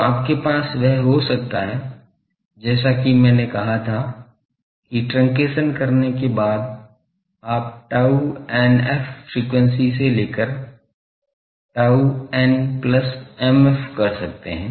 तो आपके पास वह हो सकता है जैसा कि मैंने कहा था कि ट्रंकेशन के बाद आप tau n f फ्रीक्वेंसी से लेकर tau n plus mf कर सकते हैं